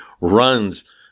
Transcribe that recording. runs